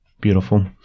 beautiful